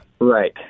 Right